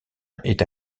est